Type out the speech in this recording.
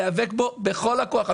בחד פעמי צריך להיאבק בכל הכוח.